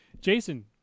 Jason